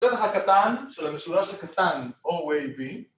‫זאת החלק הקטן של המשולש הקטן, ‫או-ויי-בי.